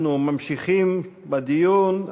אנחנו ממשיכים בדיון.